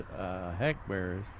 hackberries